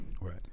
Right